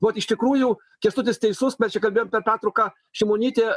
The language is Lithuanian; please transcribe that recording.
vat iš tikrųjų kęstutis teisus mes čia kalbėjom per pertrauką šimonytė